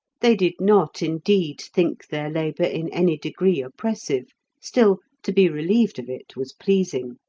they did not, indeed, think their labour in any degree oppressive still, to be relieved of it was pleasing.